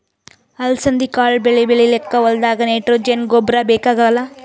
ಅಲಸಂದಿ ಕಾಳ್ ಬೆಳಿ ಬೆಳಿಲಿಕ್ಕ್ ಹೋಲ್ದಾಗ್ ನೈಟ್ರೋಜೆನ್ ಗೊಬ್ಬರ್ ಬೇಕಾಗಲ್